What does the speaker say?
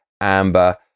Amber